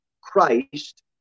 Christ